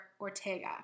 Ortega